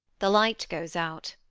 the light goes out.